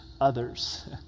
others